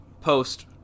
post